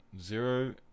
Zero